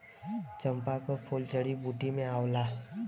चंपा क फूल जड़ी बूटी में आवला